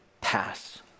pass